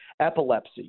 epilepsy